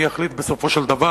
אני אחליט בסופו של דבר.